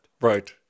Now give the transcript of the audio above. right